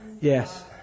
Yes